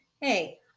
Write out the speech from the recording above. Hey